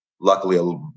luckily